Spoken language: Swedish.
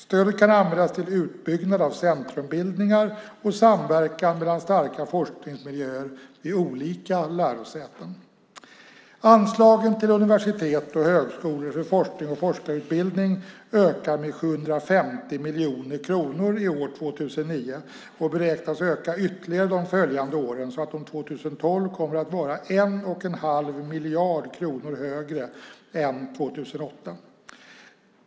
Stödet kan användas till uppbyggnad av centrumbildningar och samverkan mellan starka forskningsmiljöer vid olika lärosäten. Anslagen till universitet och högskolor för forskning och forskarutbildning ökar med 750 miljoner kronor i år, 2009, och beräknas öka ytterligare de följande åren, så att de 2012 kommer att vara 1,5 miljarder högre än år 2008.